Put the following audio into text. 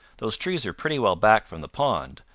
those trees are pretty well back from the pond,